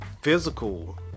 Physical